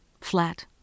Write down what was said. Flat